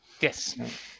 Yes